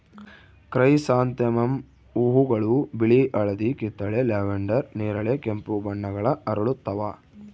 chrysanthemum ಹೂವುಗಳು ಬಿಳಿ ಹಳದಿ ಕಿತ್ತಳೆ ಲ್ಯಾವೆಂಡರ್ ನೇರಳೆ ಕೆಂಪು ಬಣ್ಣಗಳ ಅರಳುತ್ತವ